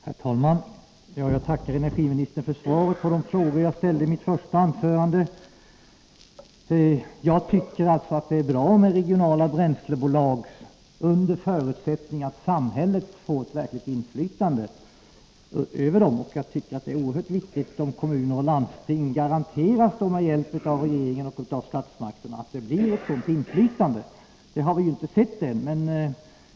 Herr talman! Jag tackar energiministern för svaret på de frågor som jag ställde i mitt första anförande. Jag tycker alltså att det är bra med regionala bränslebolag, under förutsättning att samhället får ett verkligt inflytande över dem. Jag tycker att det är oerhört viktigt att kommuner och landsting med hjälp av regeringen och statsmakten garanteras ett sådant inflytande — men vi har inte sett det än.